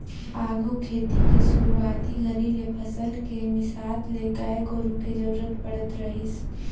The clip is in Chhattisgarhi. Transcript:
आघु खेती के सुरूवाती घरी ले फसल के मिसात ले गाय गोरु के जरूरत पड़त रहीस